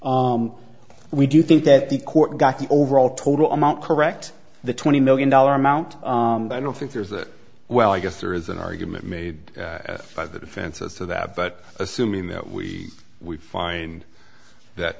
we do think that the court got the overall total amount correct the twenty million dollar amount but i don't think there's a well i guess there is an argument made by the defense as to that but assuming that we we find that